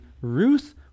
Ruth